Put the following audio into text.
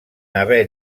haver